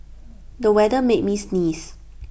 the weather made me sneeze